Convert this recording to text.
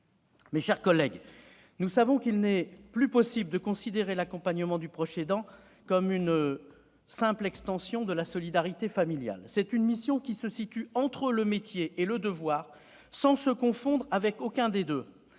Mes chers collègues, nous savons qu'il n'est plus possible de considérer l'accompagnement du proche aidé comme une simple extension de la solidarité familiale ; c'est une mission qui se situe entre le métier et le devoir, sans se confondre avec aucun des deux.